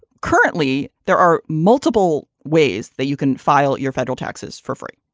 currently there are multiple ways that you can file your federal taxes for free.